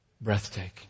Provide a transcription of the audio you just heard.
breathtaking